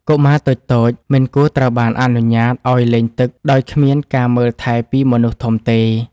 កុមារតូចៗមិនគួរត្រូវបានអនុញ្ញាតឱ្យលេងទឹកដោយគ្មានការមើលថែពីមនុស្សធំទេ។